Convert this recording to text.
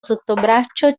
sottobraccio